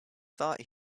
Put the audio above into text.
thought